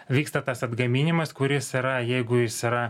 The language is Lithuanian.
vyksta tas atgaminimas kuris yra jeigu jis yra